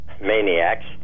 maniacs